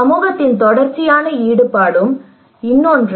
சமூகத்தின் தொடர்ச்சியான ஈடுபாடும் இன்னொன்று